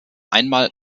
einmal